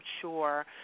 sure